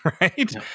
right